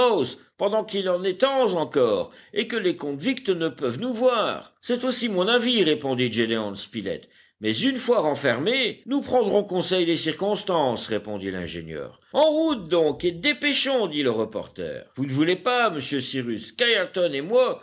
pendant qu'il en est temps encore et que les convicts ne peuvent nous voir c'est aussi mon avis répondit gédéon spilett mais une fois renfermés nous prendrons conseil des circonstances répondit l'ingénieur en route donc et dépêchons dit le reporter vous ne voulez pas monsieur cyrus qu'ayrton et moi